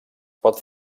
pot